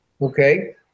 Okay